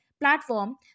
platform